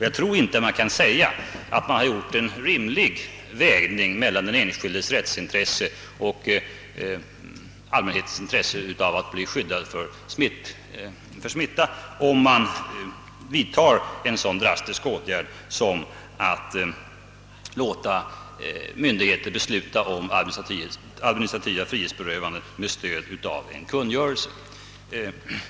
Jag tror inte man kan säga att det gjorts en rimlig avvägning mellan den enskildes rättsintresse och allmänhetens intresse av att bli skyddad för smitta, om man vidtar en så drastisk åtgärd som att låta myndigheter besluta om administrativa frihetsberövanden med stöd av en kungörelse.